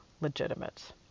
legitimate